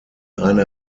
eine